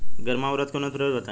गर्मा उरद के उन्नत प्रभेद बताई?